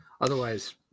otherwise